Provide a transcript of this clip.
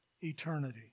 eternity